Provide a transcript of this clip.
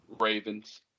Ravens